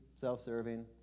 self-serving